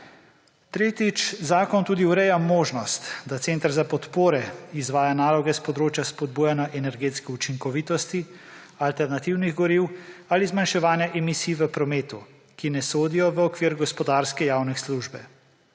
Tretjič, zakon tudi ureja možnost, da center za podpore izvaja naloge s področja spodbujanja energetske učinkovitosti alternativnih goriv ali zmanjševanja emisij v prometu, ki ne sodijo v okvir gospodarske javne službe.